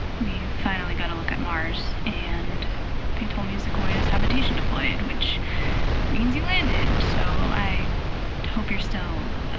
we finally got a look at mars, and they told me sequoia's habitation deployed which means you landed, so i hope you're still